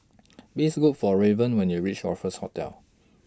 Please Look For Lavern when YOU REACH Raffles Hotel